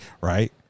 right